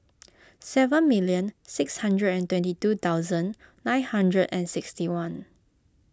seven million six hundred and twenty thousand two nine hundred and sixty one